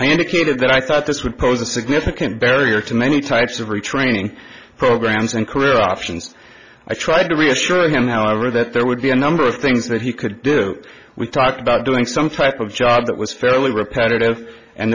i indicated that i thought this would pose a significant barrier to many types of retraining programs and career options i tried to reassure him however that there would be a number of things that he could do we talked about doing some type of job that was fairly repetitive and